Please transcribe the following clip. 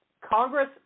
Congress